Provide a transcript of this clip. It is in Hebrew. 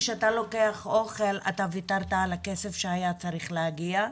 כשאתה לוקח אוכל אתה ויתרת על הכסף שהיה צריך להגיע,